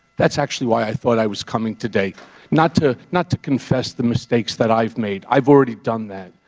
that's actually why i thought i was coming today not to not to confess the mistakes that i've made. i've already done that.